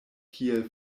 kiel